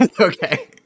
Okay